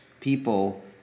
people